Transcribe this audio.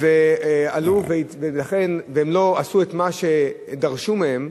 ועלו, ולא עשו את מה שדרשו מהם,